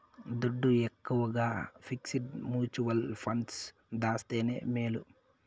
దుడ్డు ఎక్కవగా fixed mutual funds దాస్తేనే మేలు